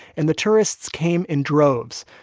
and the tourists came in droves.